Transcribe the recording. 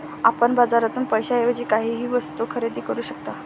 आपण बाजारातून पैशाएवजी काहीही वस्तु खरेदी करू शकता